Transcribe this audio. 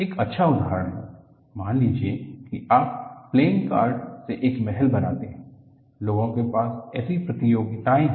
एक अच्छा उदाहरण है मान लीजिए कि आप प्लेइंग कार्ड से एक महल बनाते हैं लोगों के पास ऐसी प्रतियोगिताएं हैं